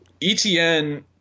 ETN